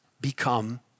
become